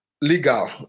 legal